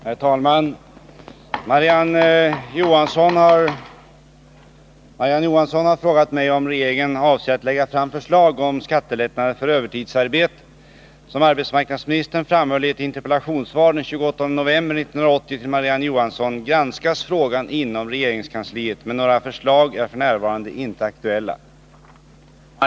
Herr talman! Marie-Ann Johansson har frågat mig om regeringen avser att lägga fram förslag om skattelättnader för övertidsarbete. Som arbetsmarknadsministern framhöll i ett interpellationssvar den 28 november 1980 till Marie-Ann Johansson granskas frågan inom regeringskansliet, men några förslag är f. n. inte aktuella.